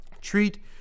treat